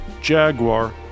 Jaguar